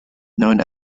known